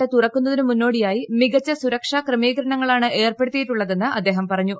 dam തുറക്കുന്നതിനു മുന്നോടിയായി മികച്ച സുരക്ഷാ ക്രമീകരണങ്ങളാണ് ഏർപ്പെടുത്തിയിട്ടുള്ളതെന്ന് അദ്ദേഹം പറഞ്ഞു